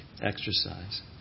exercise